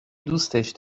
دوستش